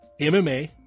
MMA